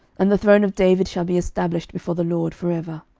and the throne of david shall be established before the lord for ever.